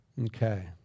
Okay